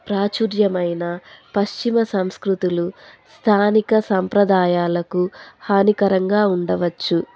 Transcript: ప్రాచుర్యమైన పశ్చిమ సంస్కృతులు స్థానిక సంప్రదాయాలకు హానికరంగా ఉండవచ్చు